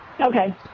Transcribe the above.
Okay